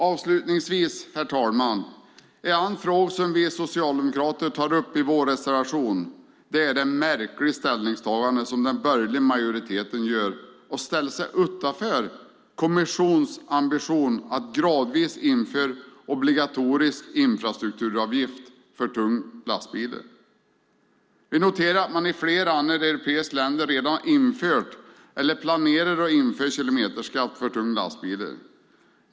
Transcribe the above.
Avslutningsvis vill jag ta upp en annan fråga som vi socialdemokrater tar upp i vår reservation, nämligen det märkliga ställningstagande som den borgerliga majoriteten gör att ställa sig utanför kommissionens ambition att gradvis införa en obligatorisk infrastrukturavgift för tunga lastbilar. Vi noterar att man i flera andra europeiska länder redan har infört eller planerar att införa kilometerskatt för tunga lastbilar.